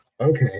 Okay